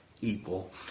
equal